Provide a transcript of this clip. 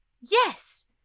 Yes